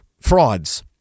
frauds